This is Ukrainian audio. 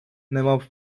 немов